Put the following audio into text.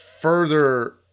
further